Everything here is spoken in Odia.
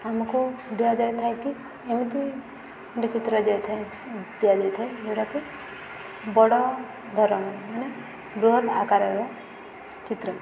ଆମକୁ ଦିଆଯାଇଥାଏ କି ଏମିତି ଗୋଟେ ଚିତ୍ର ଦିଆଥାଏ ଦିଆଯାଇଥାଏ ଯେଉଁଟାକି ବଡ଼ ଧରଣ ମାନେ ବୃହତ୍ ଆକାରର ଚିତ୍ର